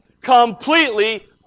Completely